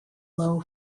low